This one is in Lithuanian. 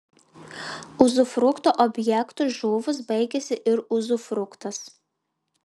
uzufrukto objektui žuvus baigiasi ir uzufruktas